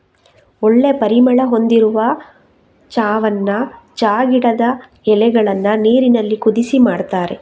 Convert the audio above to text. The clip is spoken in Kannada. ಒಳ್ಳೆ ಪರಿಮಳ ಹೊಂದಿರುವ ಚಾವನ್ನ ಚಾ ಗಿಡದ ಎಲೆಗಳನ್ನ ನೀರಿನಲ್ಲಿ ಕುದಿಸಿ ಮಾಡ್ತಾರೆ